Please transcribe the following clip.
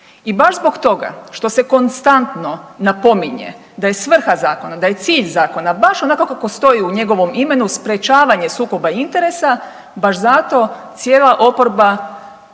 i baš zbog toga što se konstantno napominje da je svrha zakona, da je cilj zakona baš onako kako stoji u njegovom imenu sprječavanje sukoba interesa, baš zato cijela oporba